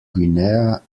guinea